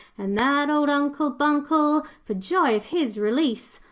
and that old uncle buncle, for joy of his release,